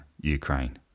Ukraine